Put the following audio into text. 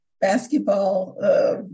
basketball